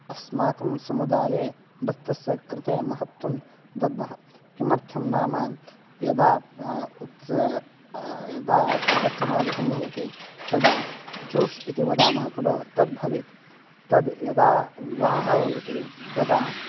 अस्माकं समुदाये नृत्यस्य कृते महत्वं दद्मः किमर्थं नाम यदा उत्स यदा कार्यक्रमादिकं भवति तदा झोश् इति वदामः खलु तद् भवेत् तद् यदा विवाहः भवति तदा